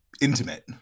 intimate